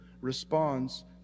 responds